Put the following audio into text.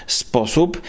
sposób